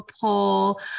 poll